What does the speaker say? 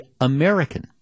American